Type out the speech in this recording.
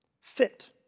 fit